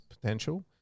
potential